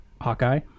Hawkeye